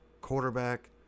quarterback